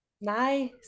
Nice